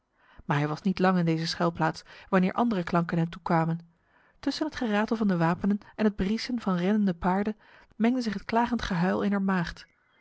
maar hij was niet lang in deze schuilplaats wanneer andere klanken hem toekwamen tussen het geratel van de wapenen en het briesen van rennende paarden mengde zich het klagend gehuil ener maagd